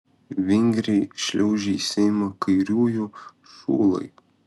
vingriai šliaužia į seimą kairiųjų šulai